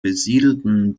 besiedelten